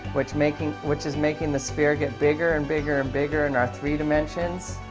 which making which is making the spear get bigger and bigger and bigger and our three dimensions